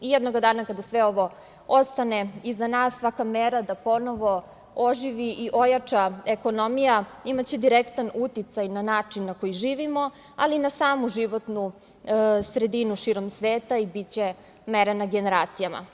Jednog dana kada sve ovo ostane iza nas, svaka mera da ponovo oživi i ojača ekonomija, imaće direktan uticaj na način na koji živimo, ali i na samu životnu sredinu širom sveta i biće mera na generacijama.